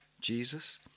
Jesus